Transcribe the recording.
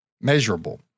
measurable